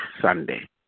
Sunday